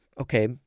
Okay